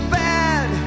bad